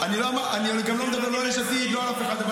אני אמרתי 120. אני לא מדבר לא על יש עתיד ולא על אף אחד.